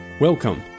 Welcome